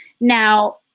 Now